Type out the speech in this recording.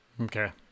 okay